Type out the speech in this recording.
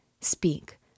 speak